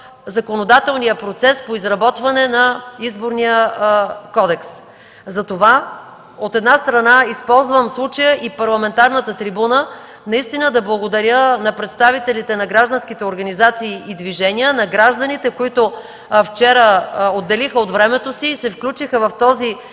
законодателния процес по изработване на Изборния кодекс. Затова, от една страна, използвам случая и парламентарната трибуна наистина да благодаря на представителите на гражданските организации и движения, на гражданите, които вчера отделиха от времето си и се включиха в този